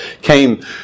came